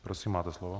Prosím, máte slovo.